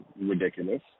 ridiculous